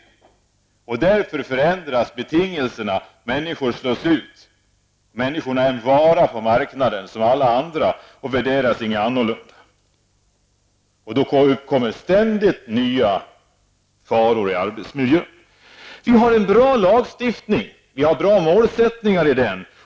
Betingelserna förändras och människor slås ut. Människorna är en vara som alla andra på marknaden och värderas inte annorlunda. Det kommer ständigt nya faror i arbetsmiljön. Vi har en bra lagstiftning och vi har en bra målsättning i den.